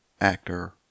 actor